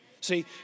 See